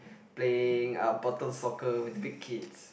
playing a bottle soccer with big kids